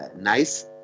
nice